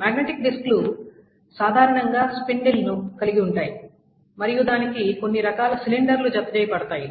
magnetic డిస్క్లు సాధారణంగా spindle ను కలిగి ఉంటాయి మరియు దానికి కొన్ని రకాల సిలిండర్లు జతచేయ బడతాయి